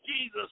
Jesus